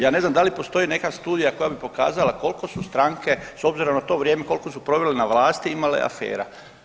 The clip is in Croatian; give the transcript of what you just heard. Ja ne znam da li postoji neka studija koja bi pokazala koliko su stranke, s obzirom na to vrijeme koliko su provele na vlasti i imale afera.